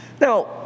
Now